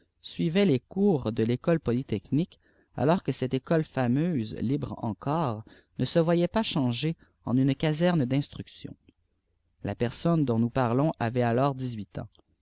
suivait les cours de l'ecole polytechnique alors que cette école fameuse libre encore ne se voyait pas changée en une caserne d'instruction la personne dont nous parlons avait alors dix-huit ans